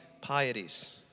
Pieties